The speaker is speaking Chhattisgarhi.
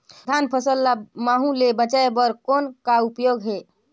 धान फसल ल महू ले बचाय बर कौन का उपाय हे?